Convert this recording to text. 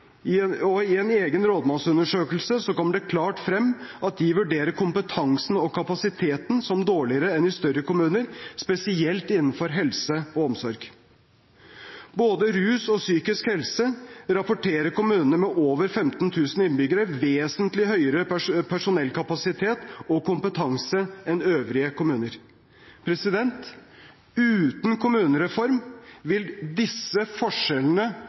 pleie og omsorg. I en egen rådmannsundersøkelse kommer det klart frem at de vurderer kompetansen og kapasiteten som dårligere enn i større kommuner, spesielt innenfor helse og omsorg. Innenfor både rus og psykisk helse rapporterer kommuner med over 15 000 innbyggere vesentlig høyere personellkapasitet og kompetanse enn øvrige kommuner. Uten en kommunereform vil disse forskjellene